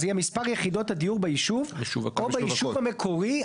זה יהיה מספר יחידות הדיור ביישוב או ביישוב המקורי,